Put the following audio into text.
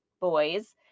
Boys